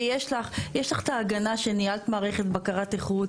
ויש לך את ההגנה שניהלת מערכת בקרת איכות